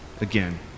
again